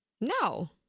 No